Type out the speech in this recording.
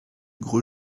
gros